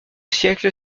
siècle